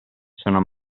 sono